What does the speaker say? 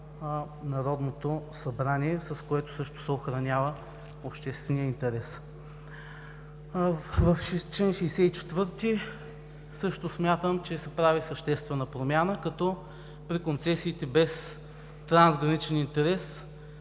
Народното събрание, с което също се охранява общественият интерес. В чл. 64 също смятам, че се прави съществена промяна, като при концесиите без трансграничен интерес,